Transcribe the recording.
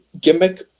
gimmick